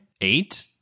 Eight